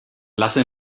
lasse